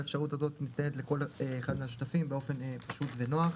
האפשרות הזאת ניתנת לכל אחד מהשותפים באופן פשוט ונוח.